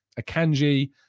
Akanji